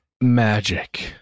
Magic